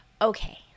okay